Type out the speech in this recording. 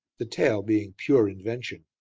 the tale being pure invention.